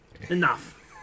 Enough